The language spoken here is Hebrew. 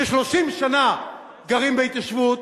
ש-30 שנה גרים בהתיישבות,